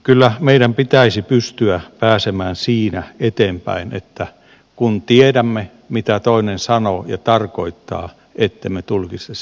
kyllä meidän pitäisi pystyä pääsemään siinä eteenpäin että kun tiedämme mitä toinen sanoo ja tarkoittaa emme tulkitse sitä väärin